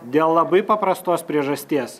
dėl labai paprastos priežasties